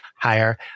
higher